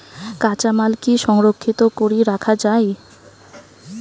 কাঁচামাল কি সংরক্ষিত করি রাখা যায়?